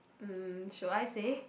mm should I say